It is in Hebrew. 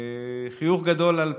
חיוך גדול על פניו,